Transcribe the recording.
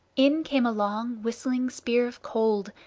in came a long whistling spear of cold,